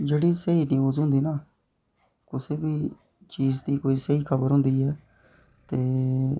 जेह्ड़ी स्हेई न्यूज़ होंदी ना कुसै बी चीज़ दी स्हेई खबर होंदी ऐ ते